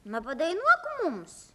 na padainuok mums